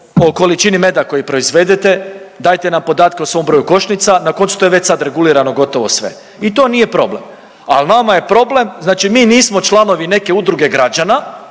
o količini meda koji proizvedete, dajte nam podatke o svom broju košnica. Na koncu to je već sad regulirano gotovo sve i to nije problem. Ali nama je problem, znači mi nismo članovi neke udruge građana